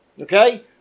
Okay